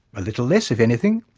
a little less if anything.